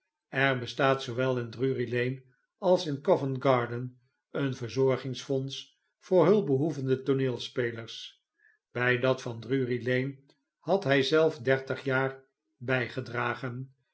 er bestaat zoowel in drury-lane als in covent-garden een verzorgingsfonds voor hulpbehoevende tooneelspelers bn dat van drurylane had hij zelf dertig jaar bijgedragen